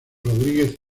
rodríguez